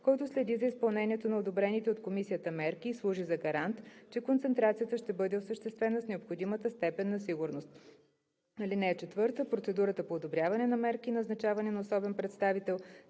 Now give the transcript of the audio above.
който следи за изпълнението на одобрените от комисията мерки и служи за гарант, че концентрацията ще бъде осъществена с необходимата степен на сигурност. (4) Процедурата по одобряване на мерки и назначаване на особен представител